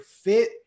fit